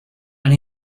and